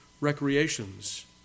recreations